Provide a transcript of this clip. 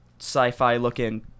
sci-fi-looking